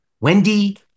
Wendy